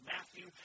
Matthew